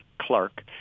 Clark